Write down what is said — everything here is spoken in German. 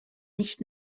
nicht